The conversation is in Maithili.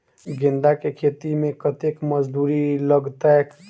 गेंदा केँ खेती मे कतेक मजदूरी लगतैक?